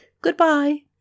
Goodbye